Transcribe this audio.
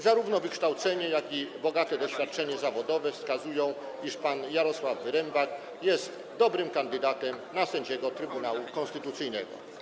Zarówno wykształcenie, jak i bogate doświadczenie zawodowe wskazują, iż pan Jarosław Wyrembak jest dobrym kandydatem na sędziego Trybunału Konstytucyjnego.